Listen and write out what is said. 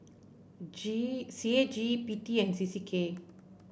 G C A G P T and C C K